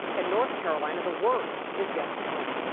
in north carolina, the worst is yet to come.